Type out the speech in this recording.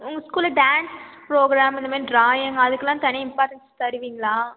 உங்கள் ஸ்கூலில் dance programme இந்த மாதிரி ட்ராயிங் அதுக்குலாம் தனி இம்பார்ட்டன்ஸ் தருவீங்களா